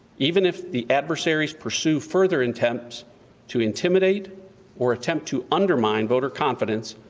even if the adversaries pursue further attempts to intimidate or attempt to undermine voter confidence,